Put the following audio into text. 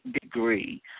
degree